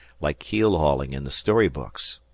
like keel-hauling in the storybooks.